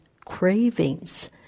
cravings